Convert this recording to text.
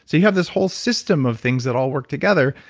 so you have this whole system of things that all work together,